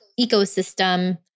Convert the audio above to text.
ecosystem